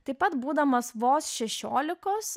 taip pat būdamas vos šešiolikos